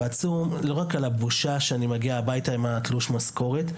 הוא עצום לא רק על הבושה שאני מגיע הביתה עם התלוש משכורת.